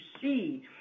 see